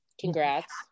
congrats